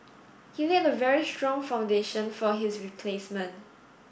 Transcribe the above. he laid a very strong foundation for his replacement